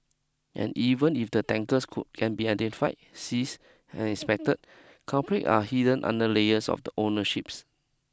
and even if the tankers could can be identified seize and inspected culprit are hidden under layers of the ownerships